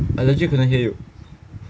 I legit cannot hear you